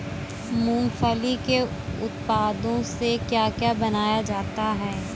मूंगफली के उत्पादों से क्या क्या बनाया जाता है?